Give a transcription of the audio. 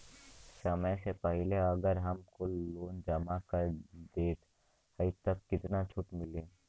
समय से पहिले अगर हम कुल लोन जमा कर देत हई तब कितना छूट मिली?